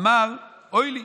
אמר: אוי לי,